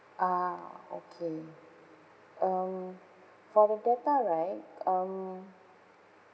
ah okay um for the data right um